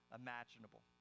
imaginable